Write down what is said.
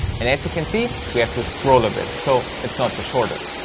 and as you can see, we have to scroll a bit, so it's not the shortest.